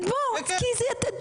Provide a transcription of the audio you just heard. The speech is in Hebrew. בוא כי מה,